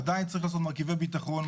עדיין צריך לעשות מרכיבי ביטחון,